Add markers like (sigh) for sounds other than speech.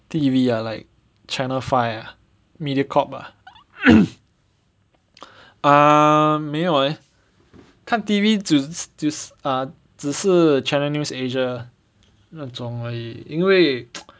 T_V ah like channel five ah Mediacorp ah (noise) err 没有 leh 看 T_V 只是只是只是 Channel News Asia 那种而已因为 (noise)